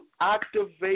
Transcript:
activate